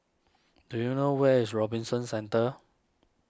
do you know where is Robinson Centre